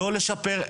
לא לשפר.